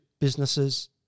businesses